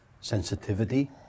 sensitivity